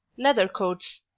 leather-coats.